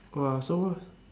!wah! so